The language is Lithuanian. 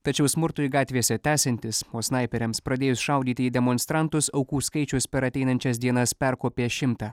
tačiau smurtui gatvėse tęsiantis o snaiperiams pradėjus šaudyti į demonstrantus aukų skaičius per ateinančias dienas perkopė šimtą